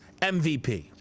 MVP